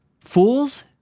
Fools